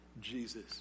Jesus